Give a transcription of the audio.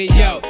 yo